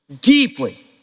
Deeply